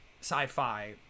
sci-fi